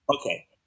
Okay